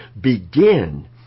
begin